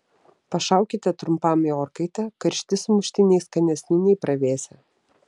pašaukite trumpam į orkaitę karšti sumuštiniai skanesni nei pravėsę